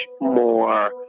more